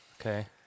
Okay